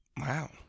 Wow